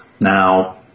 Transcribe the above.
Now